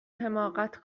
حماقت